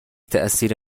تاثیر